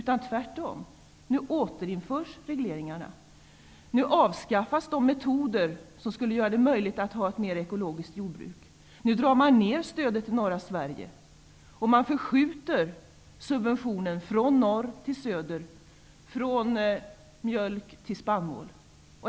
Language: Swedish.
Tvärtom, nu återinförs regleringarna, och de metoder som skulle göra det möjligt att ha ett mer ekologiskt jordbruk avskaffas. Stödet till norra Sverige dras ned. Man förskjuter subventionen från norr till söder, från mjölk till spannmål.